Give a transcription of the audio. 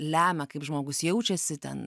lemia kaip žmogus jaučiasi ten